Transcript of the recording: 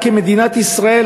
כמדינת ישראל,